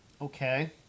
Okay